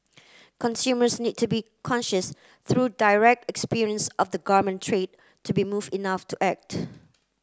consumers need to be conscious through direct experience of the garment trade to be moved enough to act